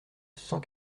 cent